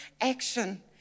action